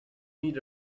need